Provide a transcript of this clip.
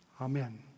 Amen